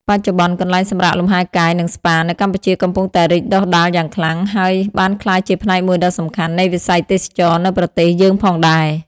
បច្ចុប្បន្ន កន្លែងសម្រាកលំហែកាយ និងស្ប៉ានៅកម្ពុជាកំពុងតែរីកដុះដាលយ៉ាងខ្លាំង ហើយបានក្លាយជាផ្នែកមួយដ៏សំខាន់នៃវិស័យទេសចរណ៍នៅប្រទេសយើងផងដែរ។